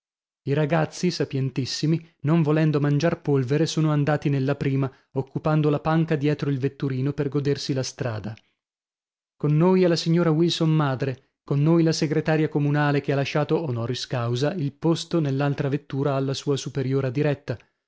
i ragazzi sapientissimi non volendo mangiar polvere sono andati nella prima occupando la panca dietro il vetturino per godersi la strada con noi è la signora wilson madre con noi la segretaria comunale che ha lasciato honoris causa il posto nell'altra vettura alla sua superiora diretta